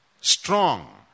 strong